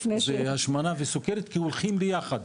סומנרי זה השמנה וסוכרת יחד,